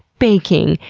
baking,